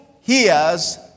hears